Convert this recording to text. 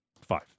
Five